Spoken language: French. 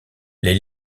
les